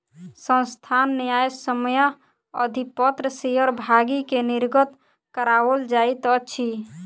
संस्थान न्यायसम्य अधिपत्र शेयर भागी के निर्गत कराओल जाइत अछि